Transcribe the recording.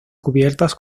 cubiertas